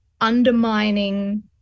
undermining